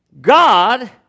God